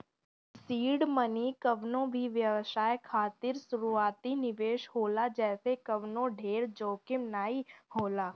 seed money कवनो भी व्यवसाय खातिर शुरूआती निवेश होला जेसे कवनो ढेर जोखिम नाइ होला